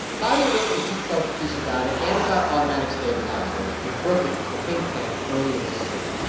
claudia wrote a detailed piece about it and about automatic stabilizers for brookings, the think tank, earlier this year.